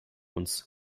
uns